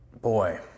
Boy